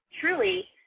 truly